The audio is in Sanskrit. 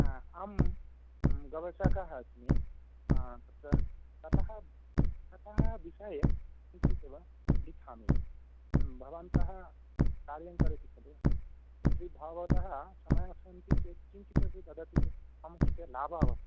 अहं गवेषकः अस्मि तत्र ततः ततः विषये किञ्चित् वा लिखामि भवन्तः कार्यं करोति खलु भवतः समयः सन्ति चेत् किञ्चित् अपि वदति चेत् मम कृते लाभः